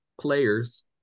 players